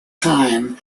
time